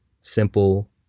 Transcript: simple